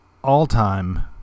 all-time